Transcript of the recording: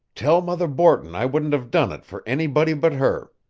tell mother borton i wouldn't have done it for anybody but her.